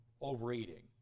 overeating